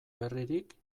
berririk